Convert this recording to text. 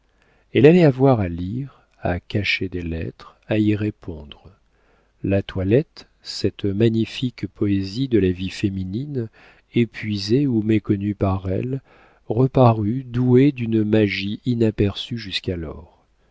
elle allait avoir à lire à cacher des lettres à y répondre la toilette cette magnifique poésie de la vie féminine épuisée ou méconnue par elle reparut douée d'une magie inaperçue jusqu'alors